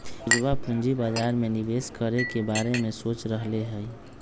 पूजवा पूंजी बाजार में निवेश करे के बारे में सोच रहले है